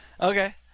Okay